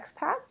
expats